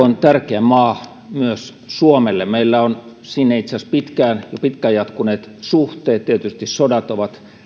on tärkeä maa myös suomelle meillä on sinne itse asiassa jo pitkään jatkuneet suhteet tietysti sodat ovat